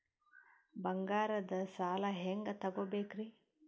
ಬಂಗಾರದ್ ಸಾಲ ಹೆಂಗ್ ತಗೊಬೇಕ್ರಿ?